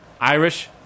Irish